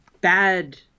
bad